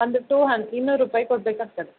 ಒಂದು ಟು ಹನ್ ಇನ್ನೂರು ರುಪಾಯ್ ಕೊಡ್ಬೇಕು ಆಗ್ತದೆ